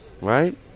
Right